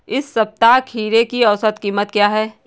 इस सप्ताह खीरे की औसत कीमत क्या है?